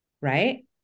right